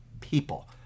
people